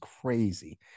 crazy